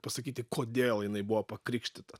pasakyti kodėl jinai buvo pakrikštyta